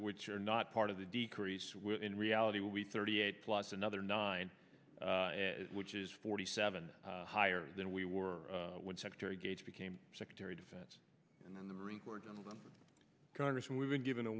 which are not part of the decrease in reality will be thirty eight plus another nine which is forty seven higher than we were when secretary gates became secretary of defense and then the record in the congress and we've been given a